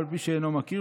אף על פי שאינו מכיר,